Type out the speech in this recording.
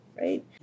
right